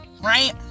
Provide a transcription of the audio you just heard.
right